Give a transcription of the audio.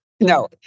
no